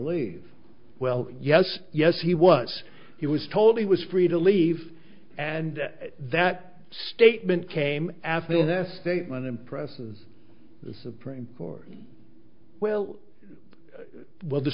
leave well yes yes he was he was told he was free to leave and that statement came after the statement impressive the supreme court will well the